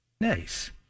Nice